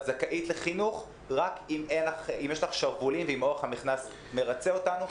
זכאית לחינוך רק אם יש לך שרוולים ואם אורך המכנס מְרצה אותנו.